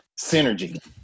synergy